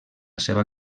seva